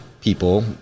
people